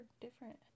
different